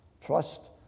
Trust